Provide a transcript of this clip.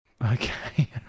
Okay